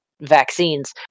vaccines